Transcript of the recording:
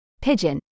Pigeon